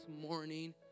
morning